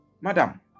Madam